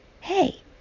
Hey